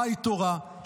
חי תורה,